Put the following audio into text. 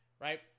right